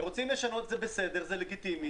אם רוצים לשנות זה בסדר, זה לגיטימי.